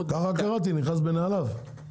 ככה קראתי, נכנס לנעליו.